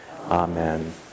Amen